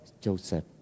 Joseph